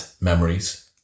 memories